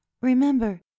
Remember